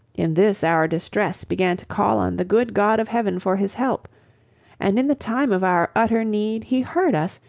in this our distress began to call on the good god of heaven for his help and in the time of our utter need he heard us,